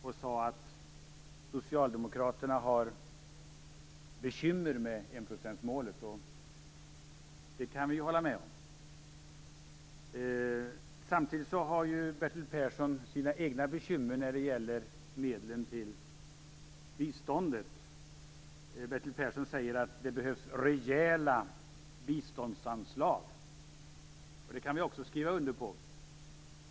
Han sade att socialdemokraterna har bekymmer med enprocentsmålet. Det kan vi hålla med om. Samtidigt har Bertil Persson sina egna bekymmer när det gäller medlen till biståndet. Bertil Persson säger att det behövs rejäla biståndsanslag. Det kan vi också skriva under på.